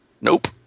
Nope